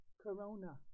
corona